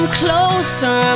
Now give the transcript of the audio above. closer